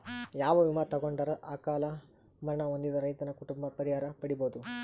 ಯಾವ ವಿಮಾ ತೊಗೊಂಡರ ಅಕಾಲ ಮರಣ ಹೊಂದಿದ ರೈತನ ಕುಟುಂಬ ಪರಿಹಾರ ಪಡಿಬಹುದು?